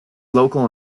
local